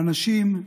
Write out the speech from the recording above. האנשים,